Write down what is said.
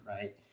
right